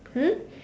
hmm